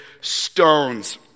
stones